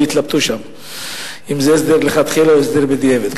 התלבטו אם זה הסדר לכתחילה או הסדר בדיעבד,